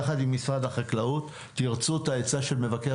יחד עם משרד החקלאות אם תרצו את העצה של מבקר